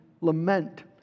lament